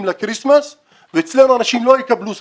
לכריסמס ואצלנו אנשים לא יקבלו שכר.